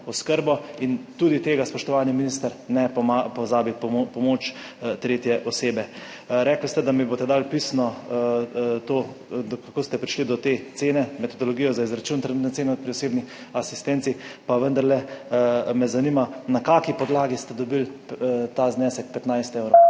oskrbo in tudi tega, spoštovani minister, ne pozabiti, pomoč tretje osebe. Rekli ste, da mi boste dali pisno, kako ste prišli do te cene, metodologija za izračun cene pri osebni asistenci. Vendarle me zanima: Na kakšni podlagi ste dobili ta znesek 15 evrov?